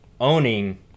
owning